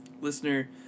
listener